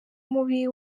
mubi